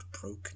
broken